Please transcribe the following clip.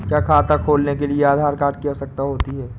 क्या खाता खोलने के लिए आधार कार्ड की आवश्यकता होती है?